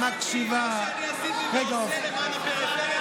מה שאני עשיתי ועושה למען הפריפריה,